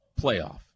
playoff